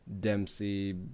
Dempsey